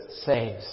saves